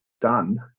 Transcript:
done